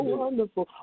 wonderful